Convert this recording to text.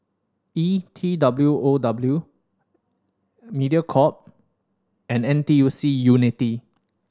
E T W O W Mediacorp and N T U C Unity